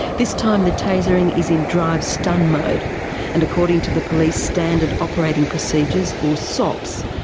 this time the tasering is in drive-stun mode and according to the police standard operating procedures, or sops,